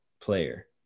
player